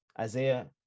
Isaiah